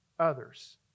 others